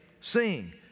sing